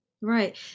Right